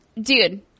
dude